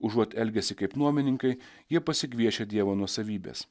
užuot elgęsi kaip nuomininkai jie pasigviešia dievo nuosavybes